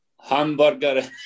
hamburger